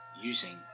using